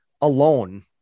alone